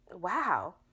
Wow